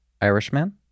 Irishman